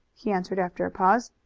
he answered after a pause.